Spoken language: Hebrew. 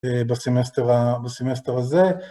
‫בסימסטר הזה.